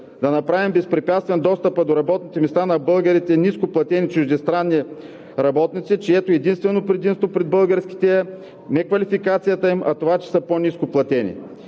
да направим безпрепятствен достъпа до работните места на българите от нископлатени чуждестранни работници, чието единствено предимство пред българските не е квалификацията им, а това, че са по-ниско платени.